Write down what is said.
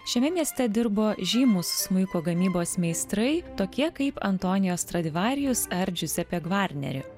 šiame mieste dirbo žymūs smuiko gamybos meistrai tokie kaip antonijo stradivarius ar džiuzepė gvarneri